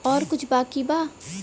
और कुछ बाकी बा?